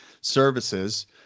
services